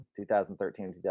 2013